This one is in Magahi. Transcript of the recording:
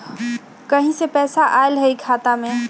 कहीं से पैसा आएल हैं खाता में?